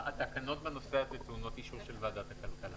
התקנות בנושא הזה טעונות אישור של ועדת הכלכלה.